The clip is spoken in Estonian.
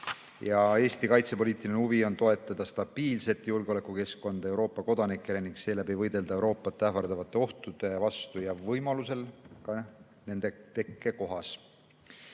Eesti kaitsepoliitiline huvi on toetada stabiilset julgeolekukeskkonda Euroopa kodanikele ning seeläbi võidelda Euroopat ähvardavate ohtude vastu, võimalusel ka nende tekkekohas.